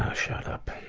ah shut up!